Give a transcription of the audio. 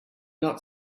not